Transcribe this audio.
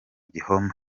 gihome